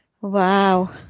Wow